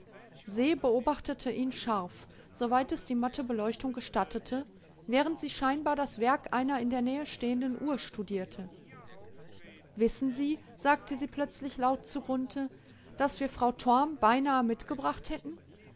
se beobachtete ihn scharf soweit es die matte beleuchtung gestattete während sie scheinbar das werk einer in der nähe stehenden uhr studierte wissen sie sagte sie plötzlich laut zu grunthe daß wir frau torm beinahe mitgebracht hätten